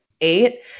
eight